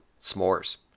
s'mores